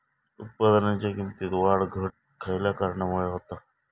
उत्पादनाच्या किमतीत वाढ घट खयल्या कारणामुळे होता?